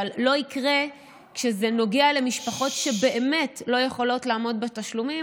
אבל לא יקרה כשזה נוגע למשפחות שבאמת לא יכולות לעמוד בתשלומים,